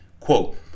Quote